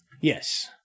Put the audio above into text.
Yes